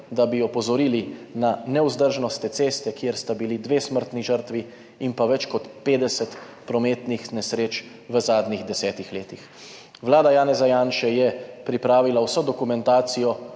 da bi opozorili na nevzdržnost te ceste, kjer sta bili dve smrtni žrtvi in več kot 50 prometnih nesreč v zadnjih 10 letih. Vlada Janeza Janše je pripravila vso dokumentacijo,